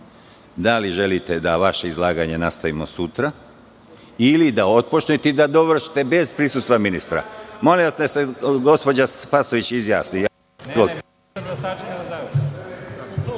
da li želite da vaše izlaganje nastavimo sutra ili da otpočnete i da dovršite bez prisustva ministra? Molim vas, neka se gospođa Spasojević izjasni.